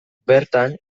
bertan